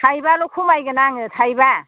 थाइबाल'खमायगोन आङो थाइबा